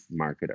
marketer